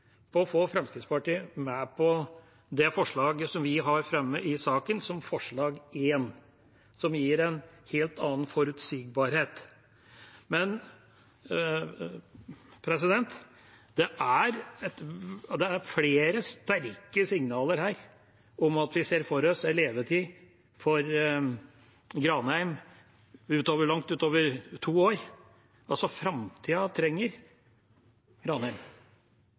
å få Fremskrittspartiet med på det forslaget som vi har fremmet i saken, altså forslag nr. 1, som gir en helt annen forutsigbarhet. Men det er flere sterke signaler her om at vi ser for oss en levetid for Granheim langt utover to år – framtida trenger Granheim.